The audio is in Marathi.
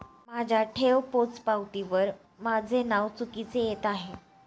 माझ्या ठेव पोचपावतीवर माझे नाव चुकीचे येत आहे